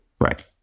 Right